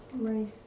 race